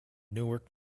newark